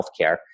healthcare